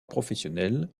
professionnel